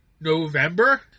November